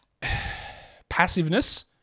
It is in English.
passiveness